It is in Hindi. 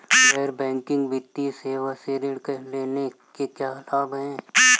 गैर बैंकिंग वित्तीय सेवाओं से ऋण लेने के क्या लाभ हैं?